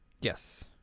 Yes